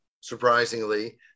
surprisingly